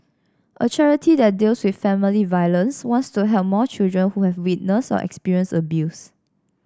a charity that deals with family violence wants to help more children who have witnessed or experienced abuse